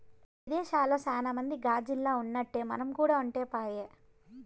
విదేశాల్ల సాన మంది గాజిల్లల్ల ఉన్నట్టే మనం కూడా ఉంటే పాయె